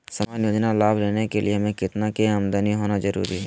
सामान्य योजना लाभ लेने के लिए हमें कितना के आमदनी होना जरूरी है?